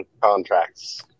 Contracts